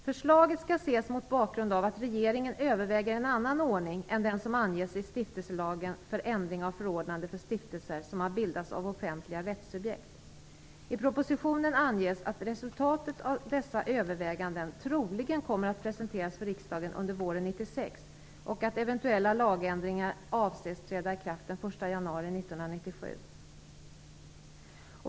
Förslaget skall ses mot bakgrund av att regeringen överväger en annan ordning än den som anges i stiftelselagen för ändring av förordnanden för stiftelser som har bildats av offentliga rättsubjekt. I propositionen anges att resultatet av dessa överväganden troligen kommer att presenteras för riksdagen under våren 1996 och att eventuella lagändringar avses träda i kraft den 1 januari 1997.